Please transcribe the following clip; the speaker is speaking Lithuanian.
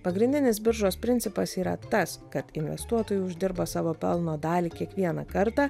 pagrindinis biržos principas yra tas kad investuotojai uždirba savo pelno dalį kiekvieną kartą